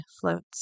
floats